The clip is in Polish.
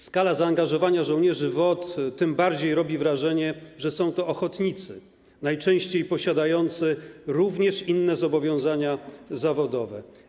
Skala zaangażowania żołnierzy WOT tym bardziej robi wrażenie, że są to ochotnicy, najczęściej posiadający również inne zobowiązania zawodowe.